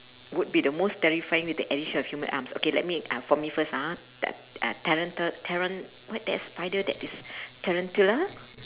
would be the most terrifying with the addition of human arms okay let me uh for me first ah ha t~ uh taranta~ taran~ what that spider that is tarantula